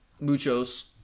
muchos